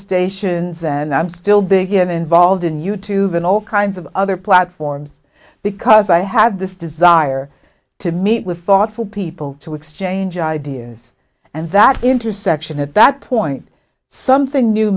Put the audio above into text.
stations and i'm still begin involved in you tube and all kinds of other platforms because i have this desire to meet with thoughtful people to exchange ideas and that intersection at that point something new